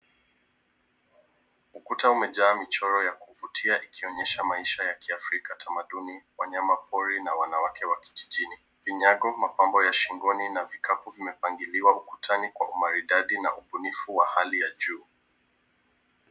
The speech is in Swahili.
Ukuta umejaa michoro ya kuvutia ikionyesha maisha ya kiafrika tamaduni, wanyamapori na wanawake wa vijijini. Vinyago, mapambo ya shingoni na vikapu vimepangiliwa ukutani kwa umaridadi na ubunifu wa hali ya juu.